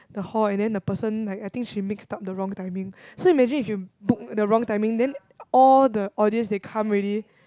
the hall and then the person like I think she mixes up the wrong timing so imagine if you book the wrong timing then all the audience they come already